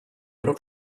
pro